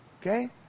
Okay